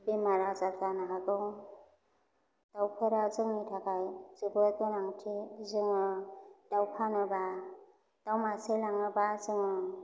बेमार आजार जानो हागौ दावफोरा जोंनि थाखाय जोबोद गोनांथि जोङो दाव फानोबा दाव मासे लाङोबा जों